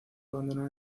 abandonar